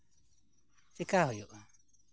ᱪᱮᱠᱟ ᱦᱩᱭᱩᱜᱼᱟ